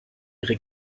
ihre